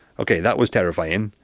okay, that was terrifying,